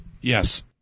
Yes